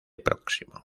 próximo